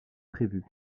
prévus